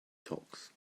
talks